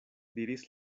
diris